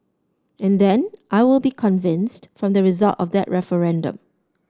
and then I will be convinced from the result of that referendum